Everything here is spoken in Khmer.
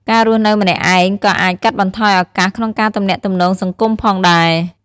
ការរស់នៅម្នាក់ឯងក៏អាចកាត់បន្ថយឱកាសក្នុងការទំនាក់ទំនងសង្គមផងដែរ។